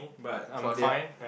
what Claudia